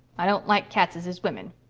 i don't like cats as is women,